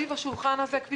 סביב השולחן הזה, כפי